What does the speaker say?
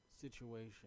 situation